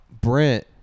Brent